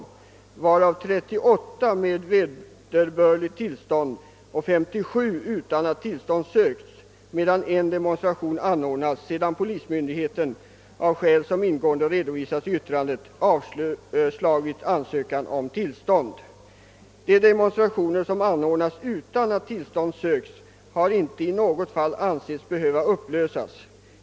Vederbörligt tillstånd har utfärdats för 38 av dessa medan 57 demonstrationer genomförts utan att tillstånd sökts och en demonstration anordnats trots att polismyndigheten avslagit ansökan om tillstånd av orsaker som ingående redovisats i yttrandet. De demonstrationer, som anordnats utan att tillstånd sökts, har inte i något fall ansetts behöva upplösas.